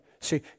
See